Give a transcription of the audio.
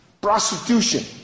prostitution